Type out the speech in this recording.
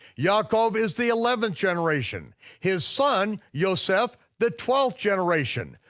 yaakov is the eleventh generation, his son yoseph, the twelfth generation,